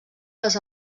les